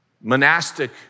monastic